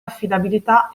affidabilità